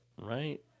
right